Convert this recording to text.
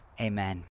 Amen